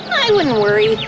i wouldn't worry.